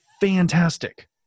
fantastic